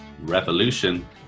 revolution